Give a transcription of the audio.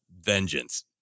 vengeance